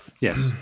yes